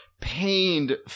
pained